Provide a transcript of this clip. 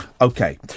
Okay